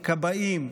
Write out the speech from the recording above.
כבאים,